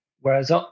Whereas